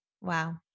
Wow